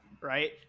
right